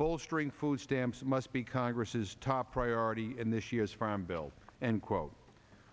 bolstering food stamps must be congress's top priority in this year's farm bill and quote